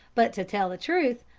but to tell the truth,